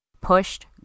pushed